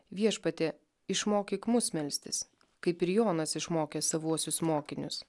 viešpatie išmokyk mus melstis kaip ir jonas išmokė savuosius mokinius